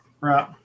right